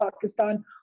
Pakistan